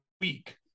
week